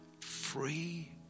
free